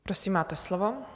Prosím, máte slovo.